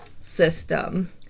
system